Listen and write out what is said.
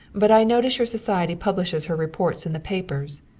but i notice your society publishes her reports in the papers,